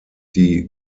die